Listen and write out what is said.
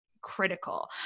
critical